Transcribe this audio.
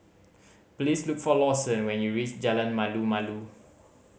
please look for Lawson when you reach Jalan Malu Malu